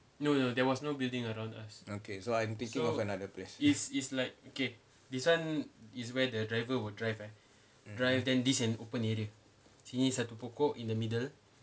okay so I'm thinking of another place